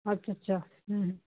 ਅੱਛਾ ਅੱਛਾ ਹੂੰ ਹੂੰ